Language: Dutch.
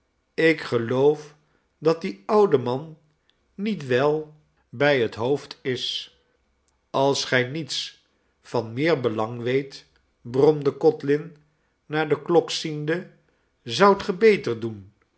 ik geloof dat die oude man niet wel bij het hoofd is als gij niets van meerbelang weet bromde codlin naar de klok ziende zoudt ge beter doen